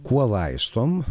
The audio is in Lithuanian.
kuo laistom